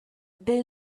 they